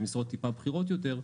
אלא משרות טיפה בכירות יותר,